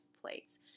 plates